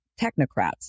technocrats